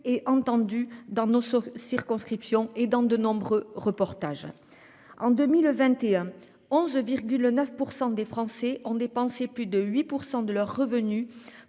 et entendu dans nos circonscriptions et dans de nombreux reportages. En 2021 11,9 % des Français ont dépensé plus de 8% de leurs revenus